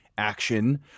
action